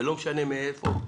ולא משנה מאיפה,